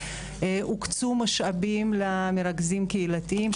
הוקצו משאבים למרכזים קהילתיים,